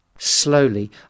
Slowly